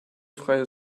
freie